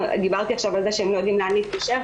דיברתי עכשיו על זה שהם לא יודעים לאן להתקשר.